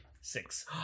Six